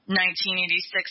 1986